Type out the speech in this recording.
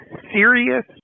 serious